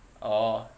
oh